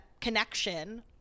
connection